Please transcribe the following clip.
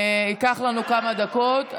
ייקח לנו כמה דקות.